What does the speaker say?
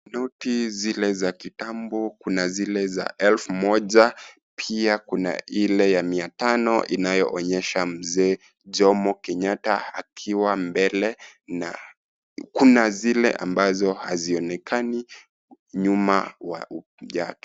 Noti zile za kitambo kuna zile za elfu moja pia kuna ile ya mia tano inaonyesha Mzee Jomo Kenyatta akiwa mbele na kuna zile ambazo hazionekani nyuma.